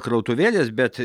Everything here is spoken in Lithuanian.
krautuvėlės bet